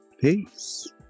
Peace